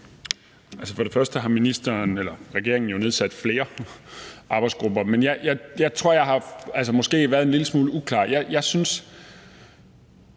vil jeg sige, at regeringen jo har nedsat flere arbejdsgrupper. Men jeg tror, at jeg måske har været en lille smule uklar.